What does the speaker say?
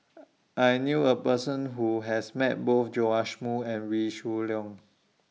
I knew A Person Who has Met Both Joash Moo and Wee Shoo Leong